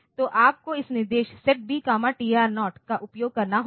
तो आपको इस निर्देश सेट B TR0 का उपयोग करना होगा